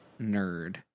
nerd